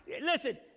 listen